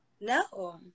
No